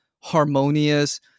harmonious